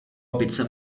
opice